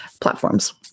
platforms